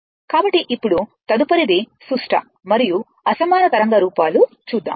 కాబట్టి ఇప్పుడు తదుపరిది సుష్ట మరియు అసమాన తరంగ రూపాలు చూద్దాము